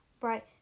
right